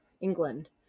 England